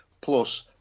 Plus